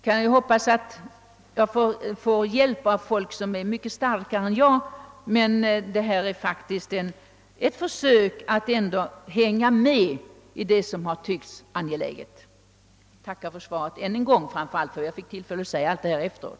Jag hoppas då få hjälp av folk starkare än jag, men detta är ändå ett försök att driva på vad som tycks mig angeläget. Jag tackar för svaret än en gång, framför allt för tillfället att säga allt detta nu efteråt!